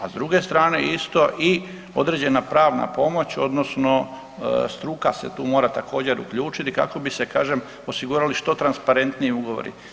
A s druge strane isto i određena pravna pomoć odnosno struka se tu mora također uključiti kako bi se kažem osigurali što transparentniji ugovori.